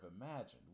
imagined